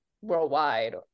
worldwide